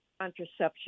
contraception